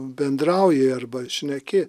bendrauji arba šneki